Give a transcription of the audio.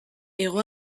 hego